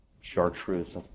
Chartreuse